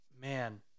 man –